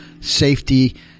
safety